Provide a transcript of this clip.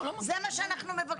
זה מה שאנחנו מבקשים.